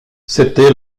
c’était